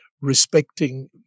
respecting